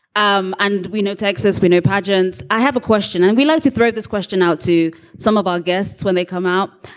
um and we know texas, we know pageants. i have a question and we like to throw this question out to some of our guests when they come out.